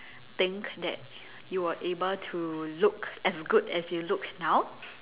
think that you were able to look as good as you look now